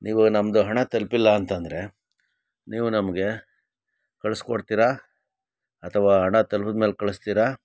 ನೀವು ನಮ್ಮದು ಹಣ ತಲುಪಿಲ್ಲ ಅಂತಂದರೆ ನೀವು ನಮಗೆ ಕಳ್ಸಿಕೊಡ್ತೀರಾ ಅಥವಾ ಹಣ ತಲ್ಪಿದ ಮೇಲೆ ಕಳಿಸ್ತೀರಾ